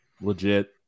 legit